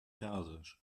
persisch